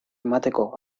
emateko